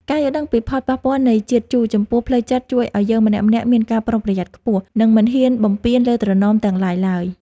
ការយល់ដឹងពីផលប៉ះពាល់នៃជាតិជូរចំពោះផ្លូវចិត្តជួយឱ្យយើងម្នាក់ៗមានការប្រុងប្រយ័ត្នខ្ពស់ និងមិនហ៊ានបំពានលើត្រណមទាំងឡាយឡើយ។